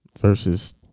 versus